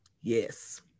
Yes